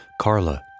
Carla